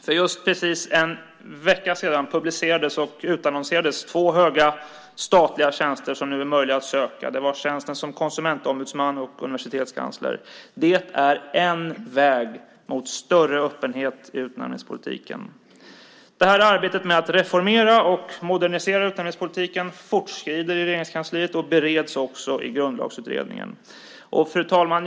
För en vecka sedan utannonserades två höga statliga tjänster, som nu är möjliga att söka. Det var tjänsterna som konsumentombudsman och universitetskansler. Det är en väg mot större öppenhet i utnämningspolitiken. Arbetet med att reformera och modernisera utnämningspolitiken fortskrider i Regeringskansliet och bereds också i Grundlagsutredningen. Fru talman!